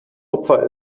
opfer